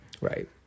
Right